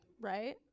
Right